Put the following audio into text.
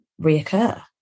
reoccur